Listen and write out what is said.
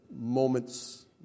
moment's